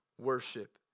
worship